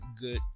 good